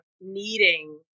needing